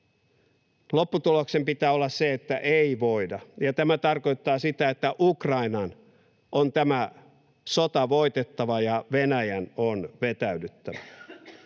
Lopputuloksen pitää olla se, että ei voida, ja tämä tarkoittaa sitä, että Ukrainan on tämä sota voitettava ja Venäjän on vetäydyttävä.